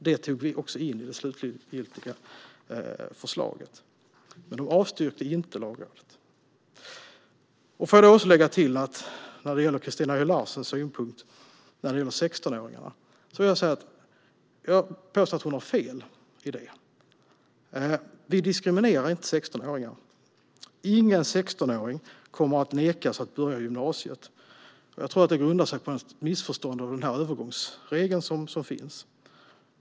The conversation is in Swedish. Detta tog vi in i det slutgiltiga förslaget. Men Lagrådet avstyrkte alltså inte förslaget. Låt mig lägga till något när det gäller Christina Höj Larsens synpunkt om 16-åringarna. Jag påstår att hon har fel. Vi diskriminerar inte 16-åringarna. Ingen 16-åring kommer att nekas att börja gymnasiet. Jag tror att detta grundar sig i ett missförstånd av den övergångsregel som finns.